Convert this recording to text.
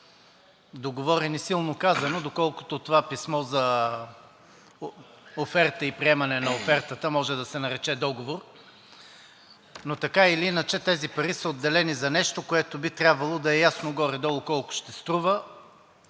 Договорени, силно казано, доколкото това писмо за оферта и приемане на офертата може да се нарече договор, но така или иначе тези пари са отделени за нещо, което би трябвало да е ясно горе долу колко ще струва,